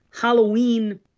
Halloween